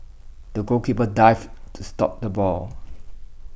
the goalkeeper dived to stop the ball